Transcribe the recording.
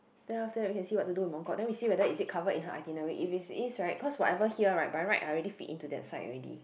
then after that we can see what to do in Mongkok then we see whether is it covered in her itinerary if it is right cause whatever here [right] by right I already fit into that side already